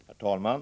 Herr talman!